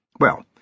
Well—